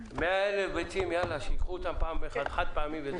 אנחנו מסמיכים אותם לעשות תיקוני נוסח.